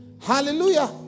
Hallelujah